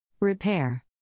Repair